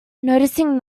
noticing